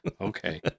Okay